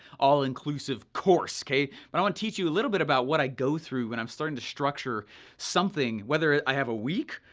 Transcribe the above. all-inclusive course, okay. but i wanna teach you a little bit about what i go through when i'm starting to structure something, whether i have a week,